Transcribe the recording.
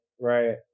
right